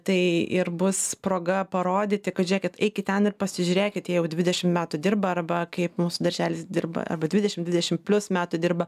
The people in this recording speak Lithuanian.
tai ir bus proga parodyti kad žėkit eikit ten ir pasižiūrėkit jie jau dvidešim metų dirba arba kaip mūsų darželis dirba arba dvidešim dvidešim plius metų dirba